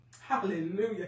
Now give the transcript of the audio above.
Hallelujah